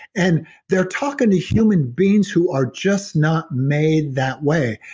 and they're talking to human beings who are just not made that way.